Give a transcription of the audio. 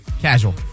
Casual